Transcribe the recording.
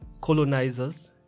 colonizers